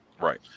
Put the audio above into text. Right